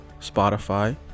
Spotify